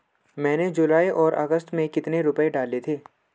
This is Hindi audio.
मैंने जुलाई और अगस्त में कितने रुपये डाले थे?